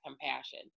compassion